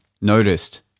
noticed